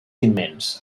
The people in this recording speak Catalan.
immens